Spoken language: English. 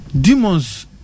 demons